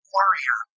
warrior